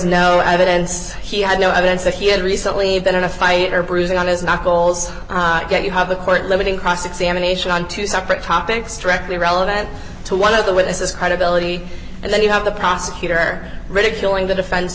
no evidence he had no evidence that he had recently been in a fight or bruising on his knuckles yet you have a court limiting cross examination on two separate topics directly relevant to one of the with this is kind ability and then you have the prosecutor ridiculing the defense